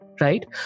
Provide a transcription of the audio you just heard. right